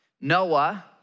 Noah